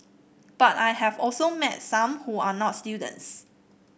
but I have also met some who are not students